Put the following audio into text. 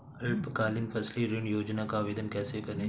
अल्पकालीन फसली ऋण योजना का आवेदन कैसे करें?